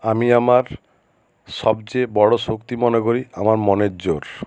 আমি আমার সবচেয়ে বড়ো শক্তি মনে করি আমার মনের জোর